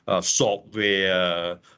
software